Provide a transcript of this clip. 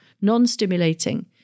non-stimulating